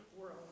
world